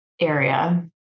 area